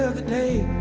ah the day